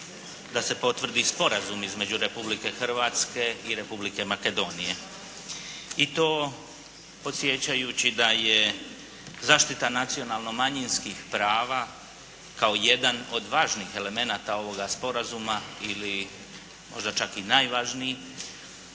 da se potvrdi Sporazum između Republike Hrvatske i Republike Makedonije i to podsjećajući da je zaštita nacionalna manjinskih prava kao jedan od važnih elemenata ovoga sporazuma ili možda čak i najvažniji,